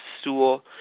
stool